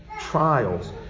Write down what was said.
trials